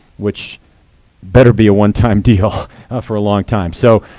which better be a one-time deal for a long time. so